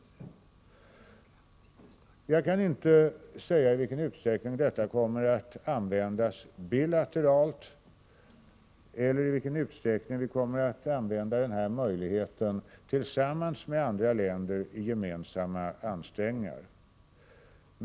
Jag kan inte säga i vilken utsträckning denna möjlighet kommer att användas bilateralt eller i vilken utsträckning vi kommer att begagna den tillsammans med andra länder i gemensamma ansträngningar.